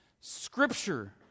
Scripture